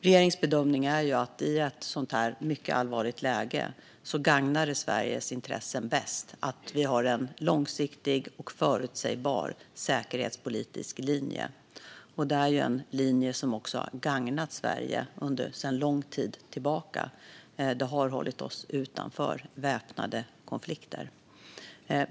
Regeringens bedömning är ju att det i ett sådant här mycket allvarligt läge bäst gagnar Sveriges intressen att vi har en långsiktig och förutsägbar säkerhetspolitisk linje. Det är en linje som också har gagnat Sverige sedan lång tid tillbaka. Det har hållit oss utanför väpnade konflikter.